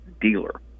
dealer